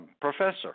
professor